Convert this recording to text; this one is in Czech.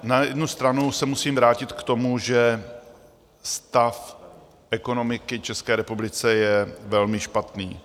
Na jednu stranu se musím vrátit k tomu, že stav ekonomiky České republiky je velmi špatný.